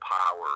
power